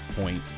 point